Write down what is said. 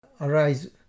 arise